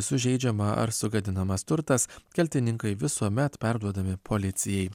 sužeidžiama ar sugadinamas turtas kaltininkai visuomet perduodami policijai